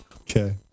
Okay